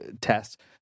test